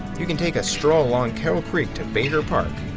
you can take a stroll along carroll creek to baker park,